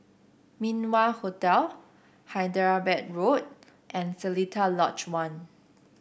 Min Wah Hotel Hyderabad Road and Seletar Lodge One